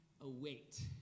await